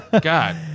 god